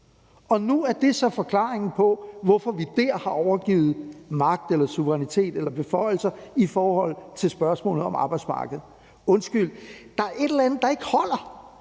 Og nu er det så forklaringen på, hvorfor vi dér har overgivet magt, suverænitet eller beføjelser i forhold til spørgsmålet om arbejdsmarkedet. Undskyld, der er et eller andet, der ikke holder.